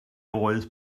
oedd